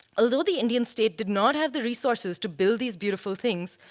although the indian state did not have the resources to build these beautiful things,